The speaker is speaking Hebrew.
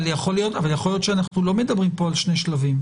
אבל יכול להיות שאנחנו לא מדברים פה על שני שלבים.